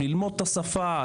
ללמוד את השפה,